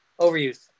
Overuse